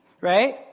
right